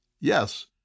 yes